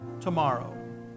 tomorrow